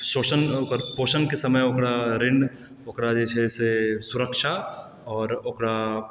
शोषण ओकर पोषणके समय ओकरा ऋण ओकरा जे छै से सुरक्षा आओर ओकरा